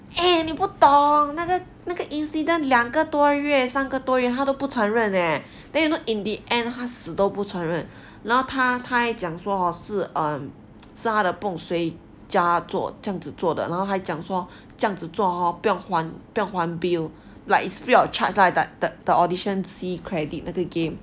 eh 你不懂那个那个 incident 两个多月三个多月他都不承认 leh then you know in the end 他死都不承认然后他他还讲说是他的不懂谁叫他做这样子做的然后还讲说这样子做 hor 不用还不用还 bill like it's free of charge lah the the audition see credit 那个 game